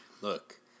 Look